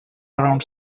around